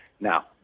Now